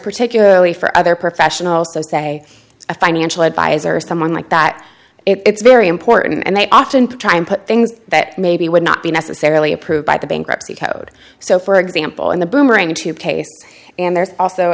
particularly for other professionals so say a financial advisor or someone like that it's very important and they often try and put things that maybe would not be necessarily approved by the bankruptcy code so for example in the boomerang to case and there's also